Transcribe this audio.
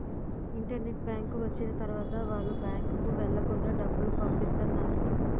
internet bank వచ్చిన తర్వాత వాళ్ళు బ్యాంకుకు వెళ్లకుండా డబ్బులు పంపిత్తన్నారు